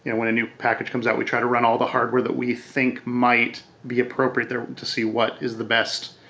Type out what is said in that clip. and when a new package comes out, we try to run all the hardware that we think might be appropriate there to see what is the best.